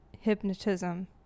hypnotism